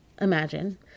imagine